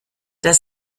das